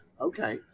Okay